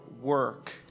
Work